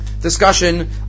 discussion